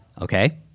Okay